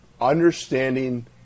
understanding